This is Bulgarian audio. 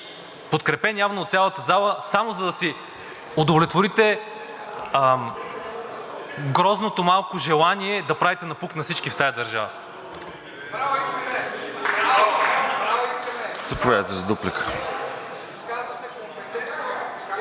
подкрепен явно от цялата зала, само за да си удовлетворите грозното малко желание да правите напук на всички в тази държава.